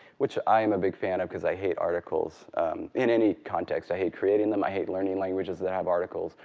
which i am a big fan of, because i hate articles in any context. i hate creating them. i hate learning languages that have articles.